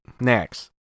next